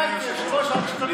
שידע את זה יושב-ראש השלטון המקומי,